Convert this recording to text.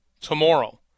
tomorrow